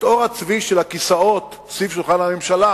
את עור הצבי של הכיסאות סביב שולחן הממשלה,